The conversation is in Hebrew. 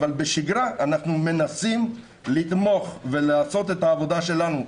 אבל בשגרה אנחנו מנסים לתמוך ולעשות את העבודה שלנו,